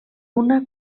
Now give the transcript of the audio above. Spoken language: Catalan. una